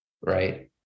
right